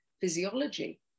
physiology